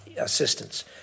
assistance